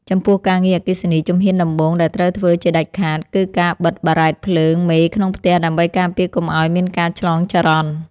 ចំពោះការងារអគ្គិសនី ជំហានដំបូងដែលត្រូវធ្វើជាដាច់ខាត គឺការបិទបារ៉ែតភ្លើងមេក្នុងផ្ទះដើម្បីការពារកុំឱ្យមានការឆ្លងចរន្ត។